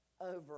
over